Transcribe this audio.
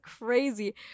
crazy